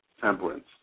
temperance